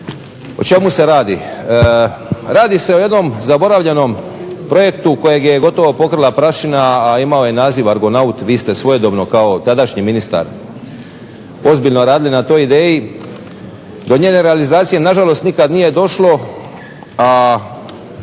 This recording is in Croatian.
O čemu se radi, radi se o jednom zaboravljenom projektu kojeg je gotovo pokrila prašina, a imao je naziv argonaut. Vi ste svojedobno kao tadašnji ministar ozbiljno radili na toj ideji. Do njene realizacije nažalost nikad nije došlo, a